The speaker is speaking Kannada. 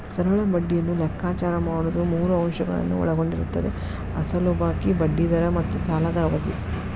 ಸರಳ ಬಡ್ಡಿಯನ್ನು ಲೆಕ್ಕಾಚಾರ ಮಾಡುವುದು ಮೂರು ಅಂಶಗಳನ್ನು ಒಳಗೊಂಡಿರುತ್ತದೆ ಅಸಲು ಬಾಕಿ, ಬಡ್ಡಿ ದರ ಮತ್ತು ಸಾಲದ ಅವಧಿ